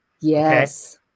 Yes